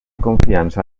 confiança